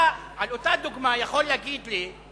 אתה על אותה דוגמה יכול להגיד לי,